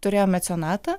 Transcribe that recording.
turėjom mecionatą